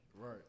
Right